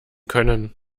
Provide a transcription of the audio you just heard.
können